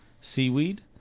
seaweed